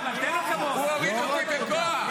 הוא הוריד אותי בכוח.